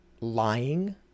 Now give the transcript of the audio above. lying